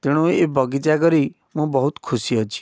ତେଣୁ ଏ ବଗିଚା କରି ମୁଁ ବହୁତ ଖୁସି ଅଛି